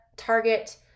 target